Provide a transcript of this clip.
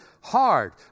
hard